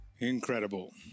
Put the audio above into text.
Incredible